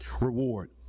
reward